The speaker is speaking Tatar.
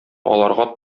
аларга